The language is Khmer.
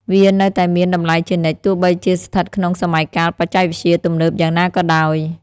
វានៅតែមានតម្លៃជានិច្ច ទោះបីជាស្ថិតក្នុងសម័យកាលបច្ចេកវិទ្យាទំនើបយ៉ាងណាក៏ដោយ។